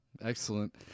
Excellent